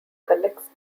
collects